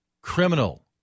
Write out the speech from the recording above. criminal